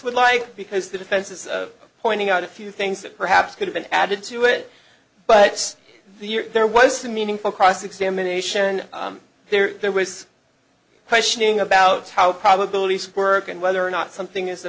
would like because the defense is pointing out a few things that perhaps could have been added to it but there was a meaningful cross examination there there was questioning about how probability squirt and whether or not something is